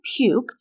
puked